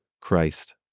Christ